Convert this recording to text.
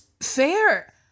Fair